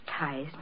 ties